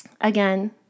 again